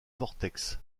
vortex